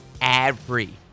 ad-free